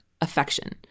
affection